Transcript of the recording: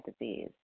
disease